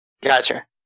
Gotcha